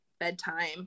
Bedtime